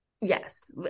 yes